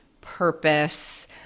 purpose